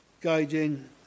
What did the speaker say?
guiding